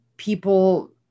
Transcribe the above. People